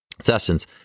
sessions